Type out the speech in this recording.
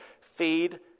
Feed